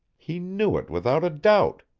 he knew it without a doubt.